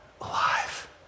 alive